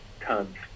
tons